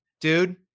dude